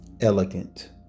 Elegant